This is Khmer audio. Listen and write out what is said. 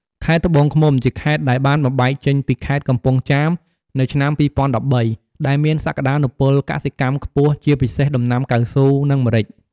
ខេត្តត្បូងឃ្មុំ ជាខេត្តដែលបានបំបែកចេញពីខេត្តកំពង់ចាមនៅឆ្នាំ ២០១៣ ដែលមានសក្តានុពលកសិកម្មខ្ពស់ ជាពិសេសដំណាំកៅស៊ូ និងម្រេច។